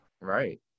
right